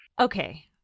Okay